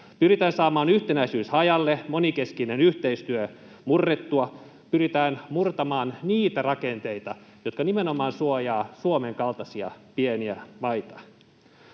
Pyritään saamaan yhtenäisyys hajalle, monenkeskinen yhteistyö murrettua. Pyritään murtamaan niitä rakenteita, jotka nimenomaan suojaavat Suomen kaltaisia pieniä maita.